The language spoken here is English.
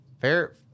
Fair